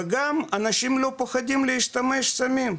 אנשים לא מפחדים להשתמש בסמים.